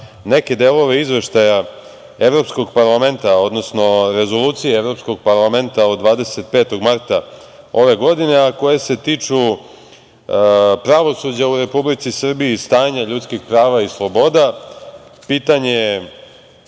neke delove izveštaja Evropskog parlamenta, odnosno Rezolucije Evropskog parlamenta od 25. marta ove godine, a koje se tiču pravosuđa u Republici Srbiji i stanja ljudskih prava i sloboda, pitanje